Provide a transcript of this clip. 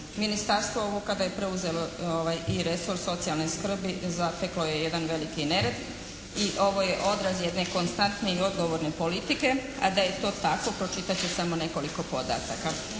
Ministarstvo ovo kada je preuzelo i resor socijalne skrbi zateklo je jedan veliki nered i ovo je odraz jedne konstantne i odgovorne politike. A da je to tako pročitat ću samo nekoliko podataka.